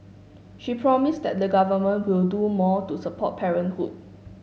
she promised that the Government will do more to support parenthood